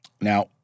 Now—